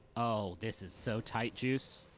oh, this is so tight, juice.